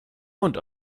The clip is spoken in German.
mund